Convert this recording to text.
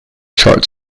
chart